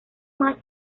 más